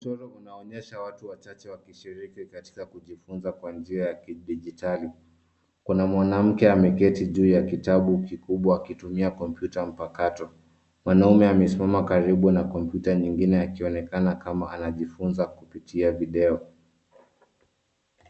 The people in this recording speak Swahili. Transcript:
Mchoro unaonyesha watu wachache wakishiriki katika kujifunza kwa njia ya kidijitali. Kuna mwanamke ameketi juu ya kitabu kikubwa akitumia kompyuta mpakato. Mwanaume amesimama karibu na kompyuta nyingine akionekana kama anajifunza kupitia video.